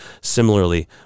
Similarly